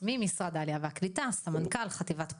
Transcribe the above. ממשרד העלייה והקליטה, סמנכ"ל חטיבת פרט.